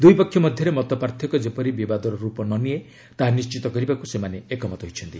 ଦୁଇ ପକ୍ଷ ମଧ୍ୟରେ ମତପାର୍ଥକ୍ୟ ଯେପରି ବିବାଦର ରୂପ ନ ନିଏ ତାହା ନିଶ୍ଚିତ କରିବାକୁ ସେମାନେ ଏକମତ ହୋଇଛନ୍ତି